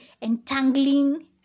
entangling